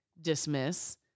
dismiss